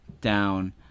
down